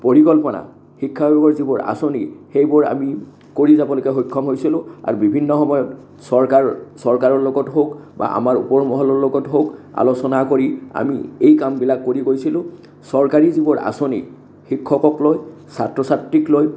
পৰিকল্পনা শিক্ষা বিভাগৰ যিবোৰ আঁচনি সেইবোৰ আমি কৰি যাবলেকে সক্ষম হৈছিলোঁ আৰু বিভিন্ন সময়ত চৰকাৰ চৰকাৰৰ লগত হওক বা আমাৰ ওপৰ মহলৰ লগত হওক আলোচনা কৰি আমি এই কামবিলাক কৰি গৈছিলোঁ চৰকাৰী যিবোৰ আঁচনি শিক্ষকক লৈ ছাত্ৰ ছাত্ৰীক লৈ